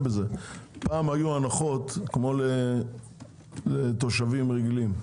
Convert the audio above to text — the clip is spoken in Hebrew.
פעם היו הנחות כמו לתושבים רגילים,